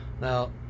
Now